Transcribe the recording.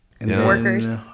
workers